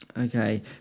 okay